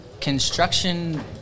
construction –